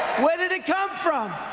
where did it come from?